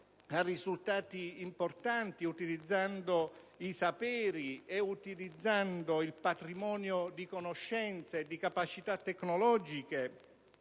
a risultati importanti, utilizzando i saperi e il patrimonio di conoscenze e di capacità tecnologiche